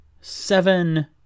seven